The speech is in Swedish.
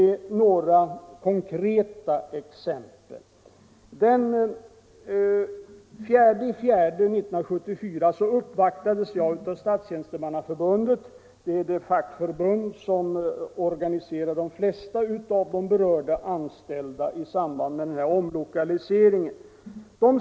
Den 4 april 1974 uppvaktades jag av Statstjänstemannaförbundet, dvs. det fackförbund som organiserar de flesta av de anställda som är berörda av omlokaliseringen.